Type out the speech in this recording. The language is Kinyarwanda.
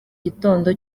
gitondo